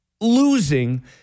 losing